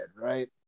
right